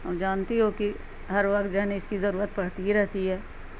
اور جانتی ہو کی ہر وقت جو ہے نا اس کی ضرورت پڑتی رہتی ہے